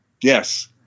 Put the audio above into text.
Yes